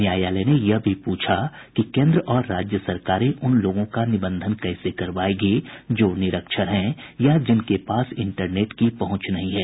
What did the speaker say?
न्यायालय ने यह भी पूछा कि केन्द्र और राज्य सरकारें उन लोगों का निबंधन कैसे करवायेगी जो निरक्षर हैं या जिनके पास इंटरनेट की पहुंच नहीं है